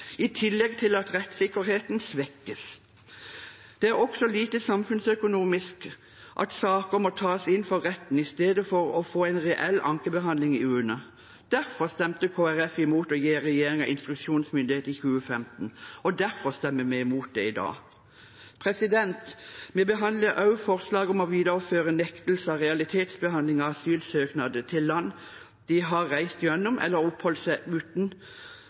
i tillegg til at rettssikkerheten svekkes. Det er også lite samfunnsøkonomisk at saker må tas inn for retten i stedet for å få en reell ankebehandling i UNE. Derfor stemte Kristelig Folkeparti imot å gi regjeringen instruksjonsmyndighet i 2015, og derfor stemmer vi imot det i dag. Vi behandler også forslag om å videreføre nektelse av realitetsbehandling av asylsøknader til land de har reist gjennom eller oppholdt seg i, uten